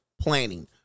planning